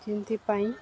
ଯେମଥିପାଇଁ